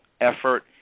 effort